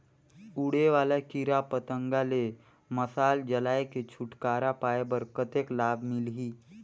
उड़े वाला कीरा पतंगा ले मशाल जलाय के छुटकारा पाय बर कतेक लाभ मिलही?